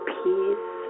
peace